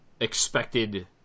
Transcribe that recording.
expected